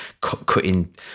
cutting